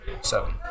Seven